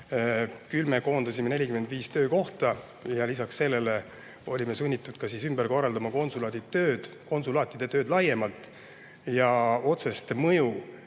Küll me koondasime 45 töökohta ja lisaks sellele olime sunnitud ümber korraldama konsulaatide tööd laiemalt. Otsest mõju